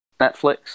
Netflix